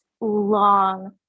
long